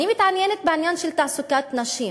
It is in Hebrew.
אני מתעניינת בעניין של תעסוקת נשים,